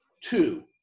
Two